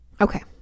Okay